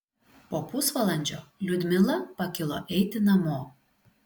po pusvalandžio liudmila pakilo eiti namo